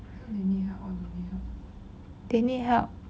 they need help